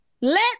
Let